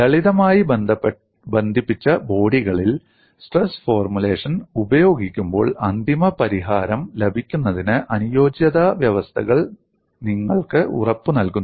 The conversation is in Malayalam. ലളിതമായി ബന്ധിപ്പിച്ച ബോഡികളിൽ സ്ട്രെസ് ഫോർമുലേഷൻ ഉപയോഗിക്കുമ്പോൾ അന്തിമ പരിഹാരം ലഭിക്കുന്നതിന് അനുയോജ്യത വ്യവസ്ഥകൾ നിങ്ങൾക്ക് ഉറപ്പുനൽകുന്നു